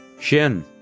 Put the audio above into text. Shin